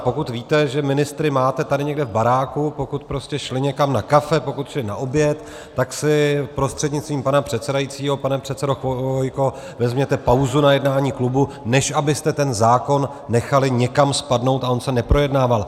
Pokud víte, že ministry máte tady někde v baráku, pokud prostě šli někam na kafe, pokud šli na oběd, tak si prostřednictvím pana předsedajícího, pane předsedo Chvojko, vezměte pauzu na jednání klubu, než abyste ten zákon nechali někam spadnout a on se neprojednával.